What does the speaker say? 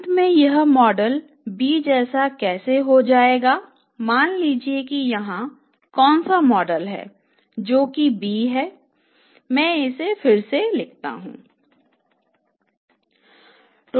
अंत में यह मॉडल b जैसा कैसे हो जाएगा मान लीजिए कि यहाँ कौन सा मॉडल है जो कि b है इसे मैं फिर से लिखूंगा